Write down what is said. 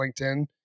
LinkedIn